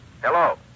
Hello